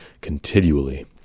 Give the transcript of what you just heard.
continually